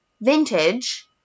vintage